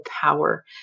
power